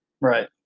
right